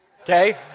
Okay